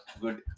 Good